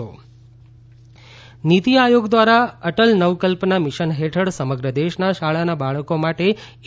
નીતી આયોગ એપ નીતિ આયોગ દ્વારા અટલ નવકલ્પના મિશન હેઠળ સમગ્ર દેશના શાળાના બાળકો માટે એ